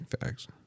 Facts